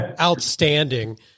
outstanding